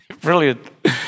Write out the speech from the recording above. Brilliant